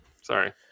sorry